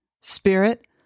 Spirit